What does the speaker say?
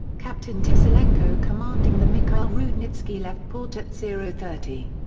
captain teslenko commanding the mikhail rudnitsky left port at zero thirty.